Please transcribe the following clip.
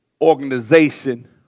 organization